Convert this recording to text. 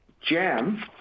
JAM